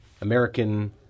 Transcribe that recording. American